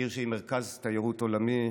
עיר שהיא מרכז תיירות עולמי,